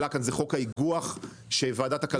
עלה כאן חוק האיגוח שוועדת הכלכלה יכולה לקדם.